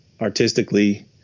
artistically